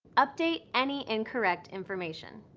update any incorrect information.